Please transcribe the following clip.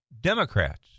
Democrats